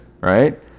Right